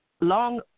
long